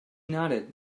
nodded